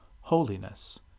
holiness